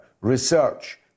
research